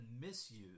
misuse